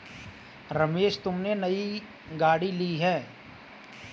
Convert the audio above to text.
रमेश तुमने नई गाड़ी ली हैं